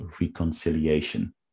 reconciliation